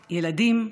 לילדים,